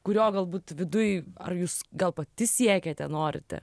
kurio galbūt viduj ar jūs gal pati siekiate norite